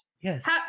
Yes